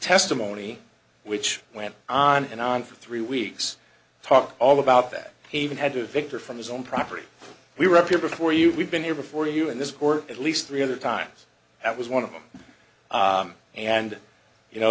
testimony which went on and on for three weeks talk all about that haven had to victor from his own property we were up here before you we've been here before you in this court at least three other times that was one of them and you know